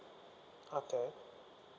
okay